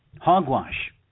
hogwash